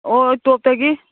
ꯑꯣ ꯇꯣꯞꯇꯒꯤ